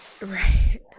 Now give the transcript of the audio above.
Right